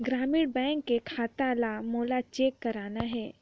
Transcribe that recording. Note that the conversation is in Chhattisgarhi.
ग्रामीण बैंक के खाता ला मोला चेक करना हे?